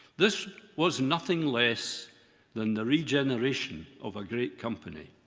this was nothing less than the regeneration of a great company.